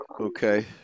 okay